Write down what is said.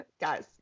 Guys